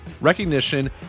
recognition